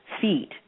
feet